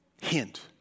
Hint